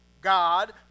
God